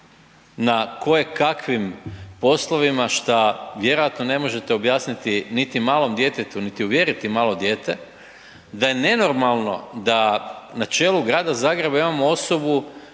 na kojekakvim poslovima šta vjerojatno ne možete objasniti niti malom djetetu niti uvjeriti malo dijete, da je nenormalno da na čelu grada Zagreba imamo osobu